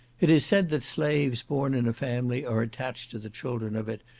it is said that slaves born in a family are attached to the children of it,